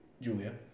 Julia